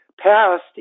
passed